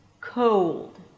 Cold